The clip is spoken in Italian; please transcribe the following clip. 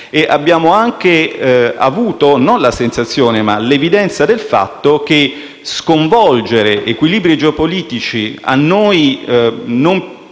e abbiamo anche avuto, non la sensazione, ma l’evidenza del fatto che sconvolgere equilibri geopolitici da noi non